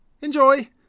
Enjoy